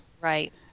Right